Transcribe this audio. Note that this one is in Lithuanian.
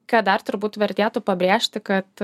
ką dar turbūt vertėtų pabrėžti kad